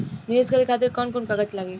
नीवेश करे खातिर कवन कवन कागज लागि?